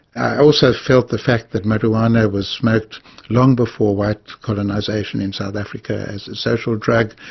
i also felt the fact that marijuana was smoked long before white colonisation in south africa, as a social drug,